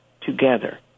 together